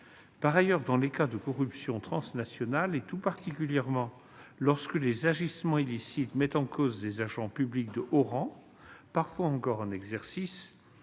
Par ailleurs, dans les cas de corruption transnationale et tout particulièrement lorsque les agissements illicites mettent en cause des agents publics de haut rang, parfois encore en exercice,